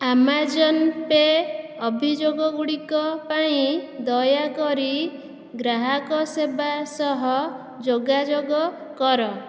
Amazon pay' ଅଭିଯୋଗ ଗୁଡ଼ିକ ପାଇଁ ଦୟାକରି ଗ୍ରାହକ ସେବା ସହ ଯୋଗାଯୋଗ କର